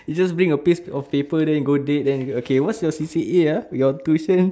you just bring a piece of paper there then go date then okay what's your C_C_A ah your tuition